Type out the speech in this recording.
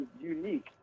unique